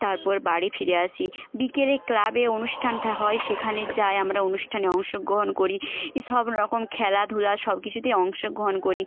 তারপর বাড়ি ফিরে আসি বিকেলে ক্লাবে অনুষ্ঠানটা হয় সেখানে যাই আমরা অনুষ্ঠানে অংশগ্রহণ করি এইসব রকম খেলাধুলা সব কিছুতেই অংশগ্রহণ করি